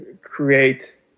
create